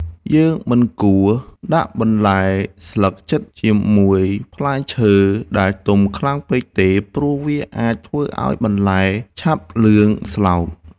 យើងមិនគួរដាក់បន្លែស្លឹកជិតជាមួយផ្លែឈើដែលទុំខ្លាំងពេកទេ ព្រោះវាអាចធ្វើឱ្យបន្លែឆាប់លឿងស្លោក។